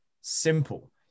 simple